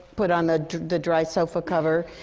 put on a the dry sofa cover.